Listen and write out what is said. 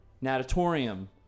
natatorium